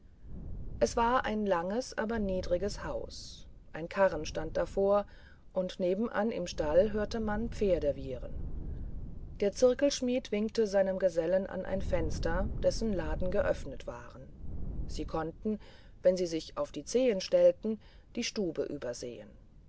es war ein langes aber niedriges haus ein karren stand davor und nebenan im stall hörte man pferde wiehern der zirkelschmidt winkt seinem gesellen an ein fenster dessen laden geöffnet waren sie konnten wenn sie sich auf die zehen stellten die stube übersehen